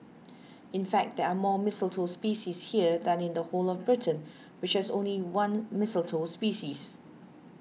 in fact there are more mistletoe species here than in the whole of Britain which has only one mistletoe species